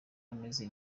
ameze